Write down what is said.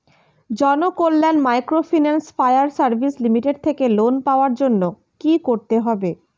Janakalyan microfinance fire service limited থেকে loan পাওয়ার জন্য কি করতে হবে?